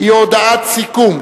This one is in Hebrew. היא הודעת סיכום,